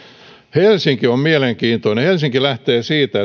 helsinki on mielenkiintoinen helsinki lähtee siitä